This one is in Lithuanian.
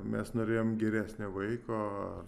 mes norėjom geresnio vaiko